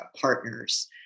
partners